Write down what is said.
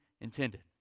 intended